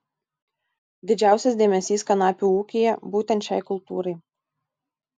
didžiausias dėmesys kanapių ūkyje būtent šiai kultūrai